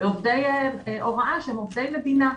לעובדי הוראה שהם עובדי מדינה,